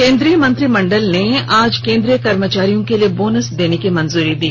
केन्द्रीय मंत्रिमंडल ने आज केंद्रीय कर्मचारियों के लिए बोनस देने की मंजूदी दी